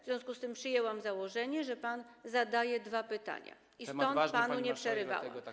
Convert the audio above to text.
W związku z tym przyjęłam założenie, że pan zadaje dwa pytania, stąd panu nie przerywałam.